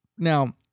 Now